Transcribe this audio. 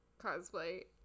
cosplay